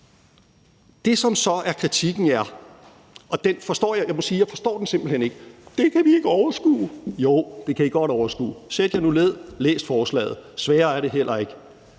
Det, som så er kritikken – og den forstår jeg ikke; jeg må sige, at jeg forstår den simpelt hen ikke – er: Det kan vi ikke overskue. Jo, det kan I godt overskue. Sæt jer nu ned. Læs forslaget! Sværere er det heller ikke.